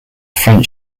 french